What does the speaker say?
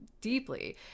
deeply